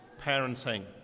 parenting